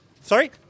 Sorry